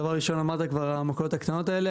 דבר ראשון אמרת כבר, על המכולות הקטנות האלה.